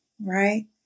Right